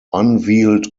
unveiled